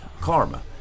Karma